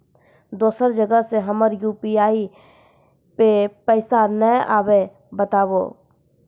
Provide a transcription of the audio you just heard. दोसर जगह से हमर यु.पी.आई पे पैसा नैय आबे या बताबू?